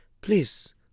Please